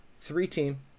three-team